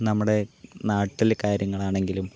നമ്മടെ നാട്ടില് കാര്യങ്ങളാണെങ്കിലും